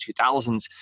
2000s